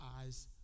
eyes